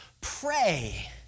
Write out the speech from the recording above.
Pray